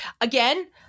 again